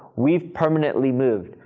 we've permanently moved.